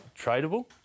tradable